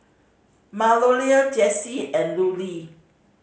Malorie Jessi and Lulie